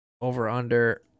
over-under